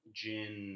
gin